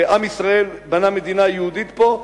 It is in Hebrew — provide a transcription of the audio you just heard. עם ישראל בנה מדינה יהודית פה,